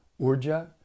Urja